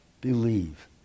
believe